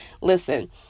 Listen